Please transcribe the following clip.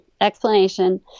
Explanation